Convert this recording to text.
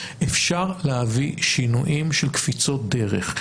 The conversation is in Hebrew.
אפשר להביא שינויים של קפיצות דרך,